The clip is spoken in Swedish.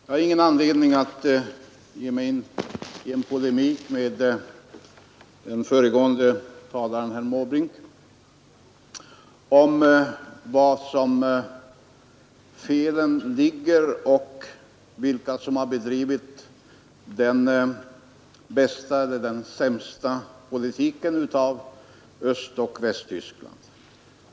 Jag har ingen anledning att ge mig in i en polemik med den föregående talaren, herr Måbrink, om var felen ligger och vilket land som har bedrivit den bästa eller den sämsta politiken av Östoch Västtyskland.